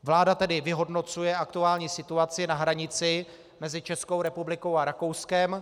Vláda tedy vyhodnocuje aktuální situaci na hranici mezi Českou republikou a Rakouskem.